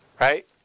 Right